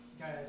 guys